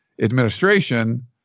administration